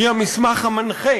היא המסמך המנחה